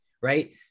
right